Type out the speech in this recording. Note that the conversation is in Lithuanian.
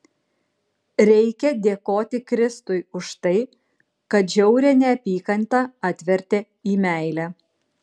reikia dėkoti kristui už tai kad žiaurią neapykantą atvertė į meilę